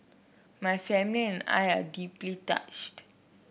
my family and I are deeply touched